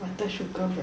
butter sugar